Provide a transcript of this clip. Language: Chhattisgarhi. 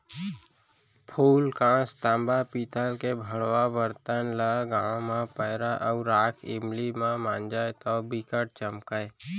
फूलकास, तांबा, पीतल के भंड़वा बरतन ल गांव म पैरा अउ राख इमली म मांजय तौ बिकट चमकय